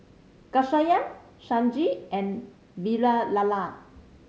Ghanshyam Sanjeev and Vavilala